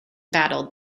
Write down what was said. battled